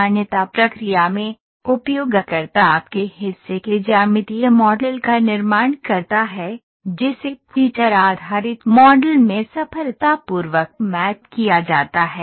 मान्यता प्रक्रिया में उपयोगकर्ता आपके हिस्से के ज्यामितीय मॉडल का निर्माण करता है जिसे फीचर आधारित मॉडल में सफलतापूर्वक मैप किया जाता है